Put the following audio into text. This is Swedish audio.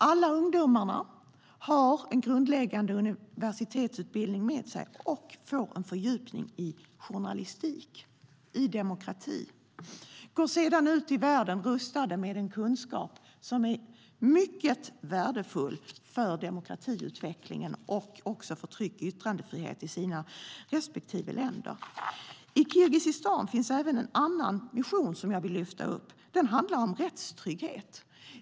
Alla ungdomarna har en grundläggande universitetsutbildning med sig och får en fördjupning i journalistik, i demokrati, och går sedan ut i världen rustade med en kunskap som är mycket värdefull för demokratiutvecklingen och för tryck och yttrandefrihet i deras respektive länder. I Kirgizistan finns även en annan mission som jag vill lyfta fram. Den handlar om rättstrygghet.